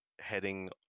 heading